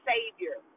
Savior